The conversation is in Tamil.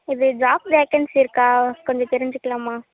இது ஜாப் வேகன்ஸி இருக்கா கொஞ்சம் தெரிஞ்சிக்கலாமா